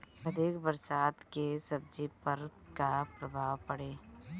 अधिक बरसात के सब्जी पर का प्रभाव पड़ी?